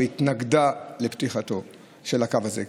התנגדה לפתיחת של הקו הזה.